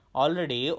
already